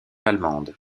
allemande